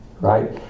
right